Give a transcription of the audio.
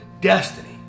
destiny